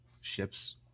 ships